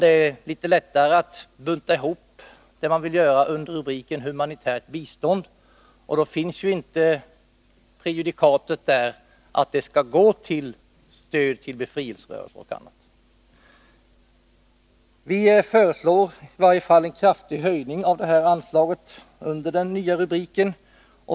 Det är litet lättare att bunta ihop vad man vill göra under rubriken Humanitärt bistånd. Då finns inte prejudikatet att biståndet skall gå till stöd åt befrielserörelser. Vi föreslår i alla fall en kraftig höjning av anslaget under den nya rubriken.